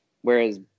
Whereas